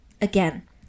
Again